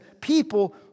people